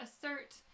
assert